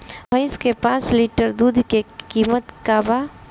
भईस के पांच लीटर दुध के कीमत का बा?